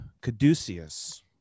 Caduceus